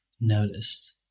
noticed